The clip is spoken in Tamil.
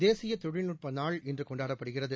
தேசிய தொழில்நுட்ப நாள் இன்று கொண்டாடப்படுகிறது